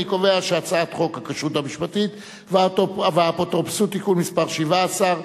אני קובע שהצעת חוק הכשרות המשפטית והאפוטרופסות (תיקון מס' 17),